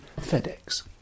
FedEx